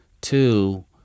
two